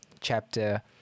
chapter